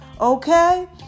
Okay